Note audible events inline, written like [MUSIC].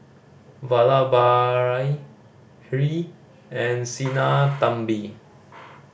Vallabhbhai Hri and [NOISE] Sinnathamby